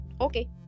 Okay